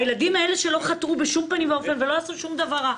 הילדים האלה שלא חטאו בשום פנים ואופן ולא עשו שום דבר רע.